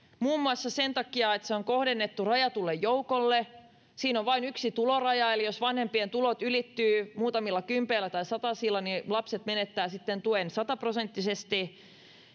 muun muassa sen takia että se on kohdennettu rajatulle joukolle siinä on vain yksi tuloraja eli jos vanhempien tulot ylittyvät muutamilla kympeillä tai satasilla niin lapset menettävät sitten tuen sataprosenttisesti